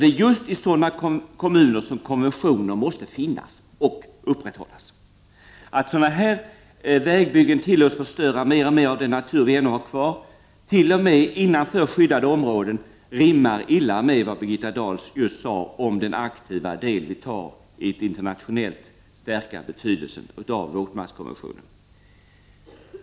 Det är just för sådana kommuner som konventioner måste finnas och upprätthållas. Att sådana här vägbyggen tillåts förstöra mer och mer av den natur som vi ännu har kvar, t.o.m. i skyddade områden, rimmar illa med vad Birgitta Dahl just sade om att vi tar aktiv del i att internationellt stärka betydelsen av våtmarkskonventionen.